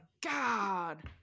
God